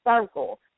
circle